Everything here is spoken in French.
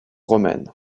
romaine